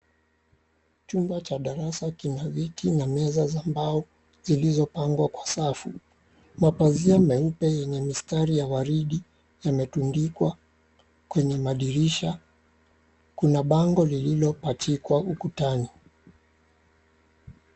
Chumba cha darasa kina viti na meza za mbao zilizopangwa kwa safu. Mapazia meupe yenye mistari ya waridi yametundikwa kwenye madirisha. Kuna bango lililopachikwa ukutani.